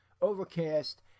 Overcast